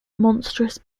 monstrous